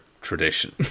Tradition